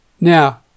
Now